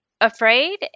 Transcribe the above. afraid